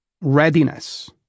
Readiness